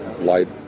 light